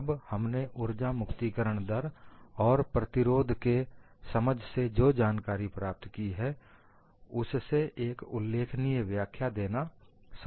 अब हमने उर्जा मुक्तिकरण दर और प्रतिरोध के समझ से जो जानकारी प्राप्त की है उससे एक उल्लेखनीय व्याख्या देना संभव है